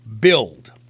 build